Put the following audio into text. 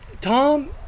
Tom